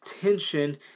tension